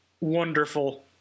wonderful